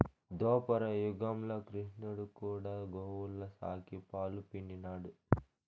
దోపర యుగంల క్రిష్ణుడు కూడా గోవుల సాకి, పాలు పిండినాడు